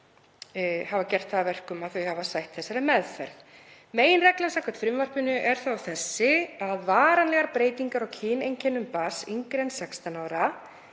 hafa gert það að verkum að þau hafa sætt þessari meðferð. Meginreglan samkvæmt frumvarpinu er þá þessi: Að varanlegar breytingar á kyneinkennum barns yngra en 16 ára